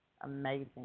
Amazing